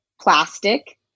plastic